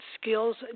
skills